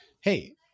Hey